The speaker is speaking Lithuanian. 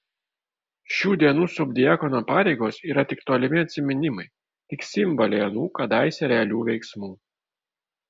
šių dienų subdiakono pareigos yra tik tolimi atsiminimai tik simboliai anų kadaise realių veiksmų